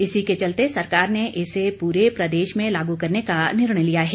इसी के चलते सरकार ने इसे पूरे प्रदेश में लागू करने का निर्णय लिया है